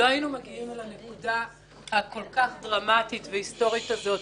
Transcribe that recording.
לא היינו מגיעים לנקודה הדרמטית וההיסטורית הזאת